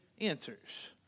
answers